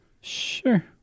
Sure